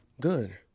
Good